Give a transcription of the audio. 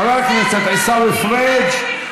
חבר הכנסת מאיר כהן,